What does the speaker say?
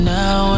now